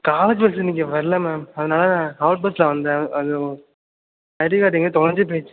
college bus இன்னைக்கி வரல ma'am அதனால அவுட் பஸ்ஸில் வந்தேன் அதுவும் ஐடி கார்டு எங்கேயோ தொலைஞ்சி போய்ச்சி